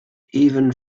even